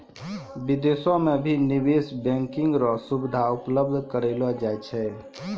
विदेशो म भी निवेश बैंकिंग र सुविधा उपलब्ध करयलो जाय छै